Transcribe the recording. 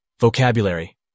Vocabulary